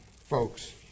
folks